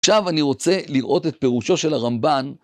עכשיו אני רוצה לראות את פירושו של הרמב"ן.